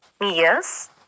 Yes